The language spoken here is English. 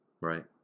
right